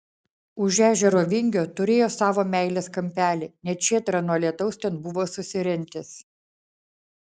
už ežero vingio turėjo savo meilės kampelį net šėtrą nuo lietaus ten buvo susirentęs